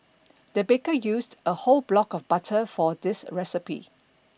the baker used a whole block of butter for this recipe